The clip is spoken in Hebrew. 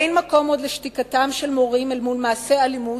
אין מקום עוד לשתיקתם של מורים אל מול מעשי אלימות